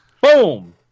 Boom